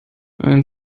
ein